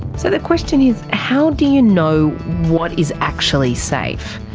so the question is, how do you know what is actually safe?